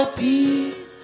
peace